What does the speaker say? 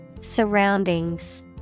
Surroundings